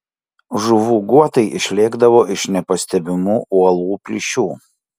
žuvų guotai išlėkdavo iš nepastebimų uolų plyšių